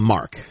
Mark